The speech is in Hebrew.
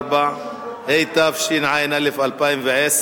44), התשע"א 2011, נכנס